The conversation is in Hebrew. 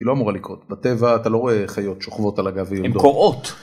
‫היא לא אמורה לקרות, בטבע אתה ‫לא רואה חיות שוכבות על הגב יולדות. ‫הן כורעות.